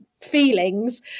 feelings